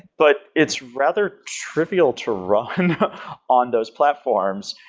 but it's rather trivial to run on those platforms.